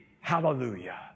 hallelujah